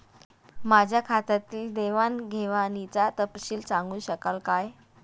माझ्या खात्यातील देवाणघेवाणीचा तपशील सांगू शकाल काय?